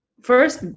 first